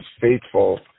faithful